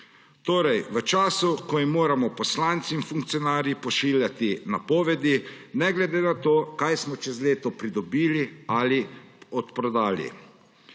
torej v času, ko jim moramo poslanci in funkcionarji pošiljati napovedi, ne glede na to, kaj smo čez leto pridobili ali odprodali.